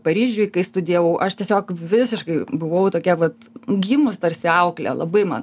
paryžiuj kai studijavau aš tiesiog visiškai buvau tokia vat gimus tarsi auklė labai man